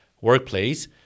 workplace